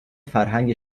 فرهنگ